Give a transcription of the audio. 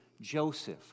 Joseph